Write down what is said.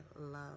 love